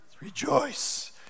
rejoice